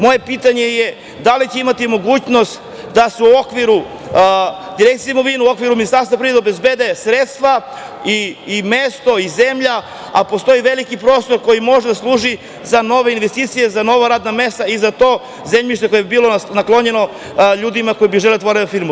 Moje pitanje je da li će imati mogućnost da se u okviru Direkcije za imovinu, u okviru Ministarstva za poljoprivredu obezbede sredstva, mesto i zemlja, a postoji veliki prostor koji može da služi za nove investicije, za nova radna mesta i za to zemljište koje bi bilo naklonjeno ljudima koji bi želeli da otvore firmu?